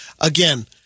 again